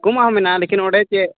ᱠᱚᱢᱟᱜ ᱦᱚᱸ ᱢᱮᱱᱟᱜᱼᱟ ᱞᱮᱠᱤᱱ ᱚᱸᱰᱮ ᱪᱮᱫ